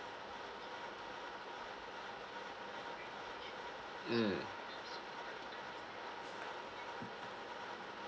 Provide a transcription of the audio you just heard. mm